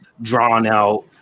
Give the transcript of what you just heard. drawn-out